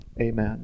amen